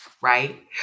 right